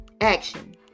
action